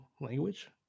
language